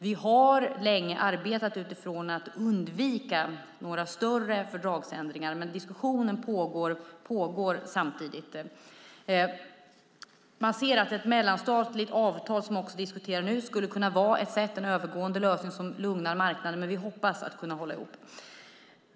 Vi har länge arbetat för att undvika några större fördragsändringar, men diskussionen pågår. Ett mellanstatligt avtal, som diskuteras nu, skulle kunna vara en övergående lösning som lugnar marknaden. Men vi hoppas kunna hålla ihop.